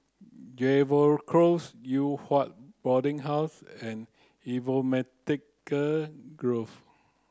Jervois Close Yew Hua Boarding House and Grove